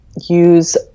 use